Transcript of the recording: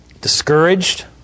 discouraged